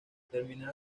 terminada